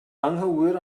anghywir